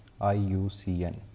IUCN